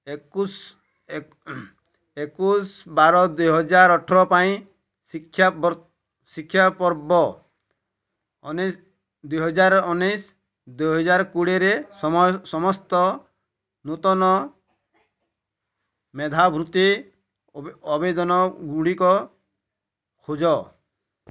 ଏକୋଉ ଏକୋଇଶ ବାର୍ ଦୁଇହଜାର ଅଠର ପାଇଁ ଶିକ୍ଷାବ ଶିକ୍ଷାପର୍ବ ଅନେ ଦୁଇହଜାର ଅନେ ଦୁଇହଜାର କୋଡ଼ିଏରେ ସମସ୍ତ ନୂତନ ମେଧାବୃତ୍ତି ଆବେଦନଗୁଡ଼ିକ ଖୋଜ